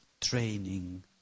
training